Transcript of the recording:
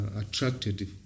attracted